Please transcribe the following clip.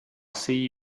see